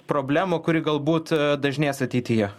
problemą kuri galbūt dažnės ateityje